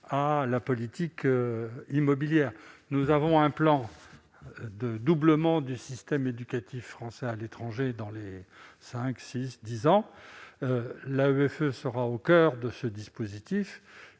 à la politique immobilière. Nous avons un plan de doublement du système éducatif français à l'étranger, dans les cinq à dix années qui viennent. L'AEFE sera au coeur de ce dispositif.